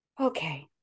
okay